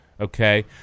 Okay